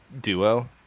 duo